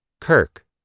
Kirk